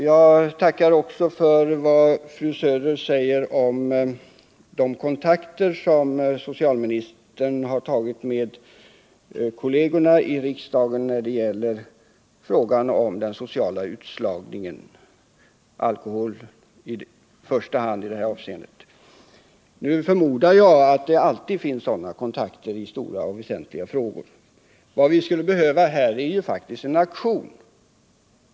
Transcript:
Jag tackar också för vad fru Söder säger om de kontakter som socialministern har tagit med kollegerna i regeringen när det gäller frågan om den sociala utslagningen på grund av alkoholmissbruk. Jag förmodar att det alltid tas sådana kontakter i stora och väsentliga frågor. Vad vi skulle behöva är ett aktionsprogram.